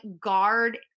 guard